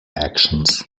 actions